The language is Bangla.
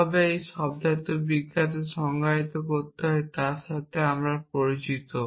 কীভাবে এই শব্দার্থবিদ্যাকে সংজ্ঞায়িত করতে হয় তার সাথে আমরা পরিচিত